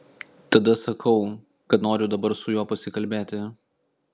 tada sakau kad noriu dabar su juo pasikalbėti